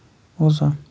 بوٗزتھا